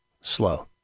slow